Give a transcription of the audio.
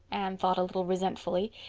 anne thought a little resentfully.